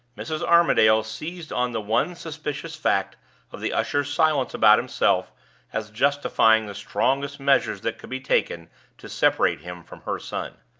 mrs. armadale seized on the one suspicious fact of the usher's silence about himself as justifying the strongest measures that could be taken to separate him from her son.